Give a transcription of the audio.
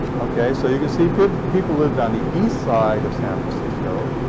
okay, so you can see people people lived on the east side of san francisco.